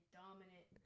dominant